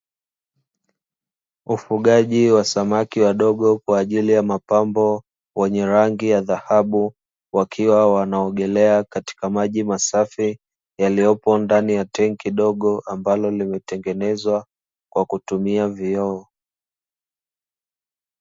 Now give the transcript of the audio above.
Ufugaji wa samaki wadogo kwa ajili ya mapambo wenye rangi ya dhahabu wakiwa wanaogelea katika maji masafi yaliyopo ndani ya tenki dogo ambalo limetengenezwa kwa kutumia vioo.